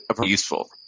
...useful